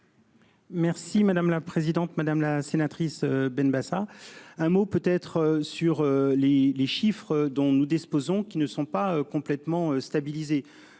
Merci madame la présidente, madame la sénatrice Benbassa. Un mot peut être sur les les chiffres dont nous disposons, qui ne sont pas complètement stabilisé